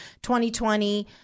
2020